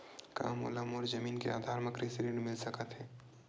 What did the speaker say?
का मोला मोर जमीन के आधार म कृषि ऋण मिल सकत हे?